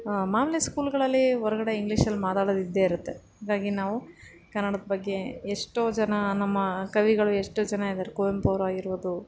ಮಾಮೂಲಿ ಸ್ಕೂಲ್ಗಳಲ್ಲಿ ಹೊರಗಡೆ ಇಂಗ್ಲಿಷಲ್ಲಿ ಮಾತಾಡೋದು ಇದ್ದೇ ಇರುತ್ತೆ ಹಾಗಾಗಿ ನಾವು ಕನ್ನಡದ ಬಗ್ಗೆ ಎಷ್ಟೋ ಜನ ನಮ್ಮ ಕವಿಗಳು ಎಷ್ಟೋ ಜನ ಇದ್ದಾರೆ ಕುವೆಂಪು ಅವ್ರು ಆಗಿರ್ಬೋದು